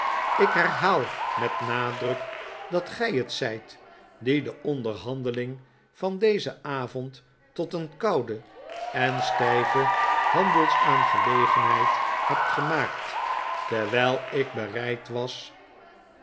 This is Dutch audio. ik herhaal met nadruk dat g ij het zijt die de onderhandeling van dezen avond tot een koude en stijve handelsaangelegenheid hebt gemaakt terwijl ik bereid was